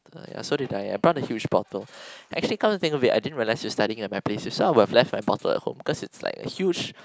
uh yeah so did I I brought a huge bottle actually come to think of it I didn't realize you're studying at my place if so I'll left my bottle at home cause it's like a huge